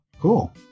cool